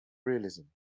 realism